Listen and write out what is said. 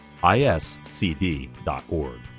iscd.org